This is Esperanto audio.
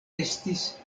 estis